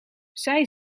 zij